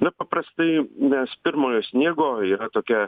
na paprastai mes pirmojo sniego yra tokia